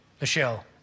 Michelle